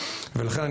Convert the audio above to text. ולכן,